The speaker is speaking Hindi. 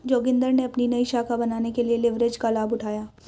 जोगिंदर ने अपनी नई शाखा बनाने के लिए लिवरेज का लाभ उठाया